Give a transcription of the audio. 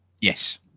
Yes